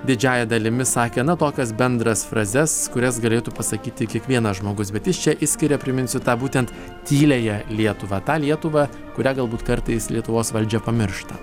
didžiąja dalimi sakė na tokias bendras frazes kurias galėtų pasakyti kiekvienas žmogus bet jis čia išskiria priminsiu tą būtent tyliąją lietuvą tą lietuvą kurią galbūt kartais lietuvos valdžia pamiršta